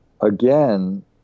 again